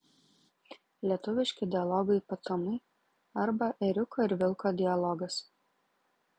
lietuviški dialogo ypatumai arba ėriuko ir vilko dialogas